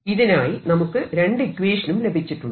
ഇതിനായി നമുക്ക് രണ്ട് ഇക്വേഷനും ലഭിച്ചിട്ടുണ്ട്